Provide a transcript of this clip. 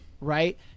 Right